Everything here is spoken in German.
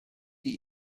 die